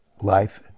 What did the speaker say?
life